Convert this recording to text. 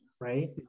Right